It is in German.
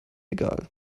egal